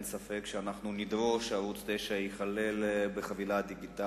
אין ספק שנדרוש שערוץ-9 ייכלל בחבילה הדיגיטלית.